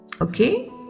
Okay